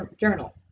Journal